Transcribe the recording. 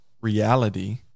reality